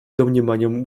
domniemaniom